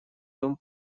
том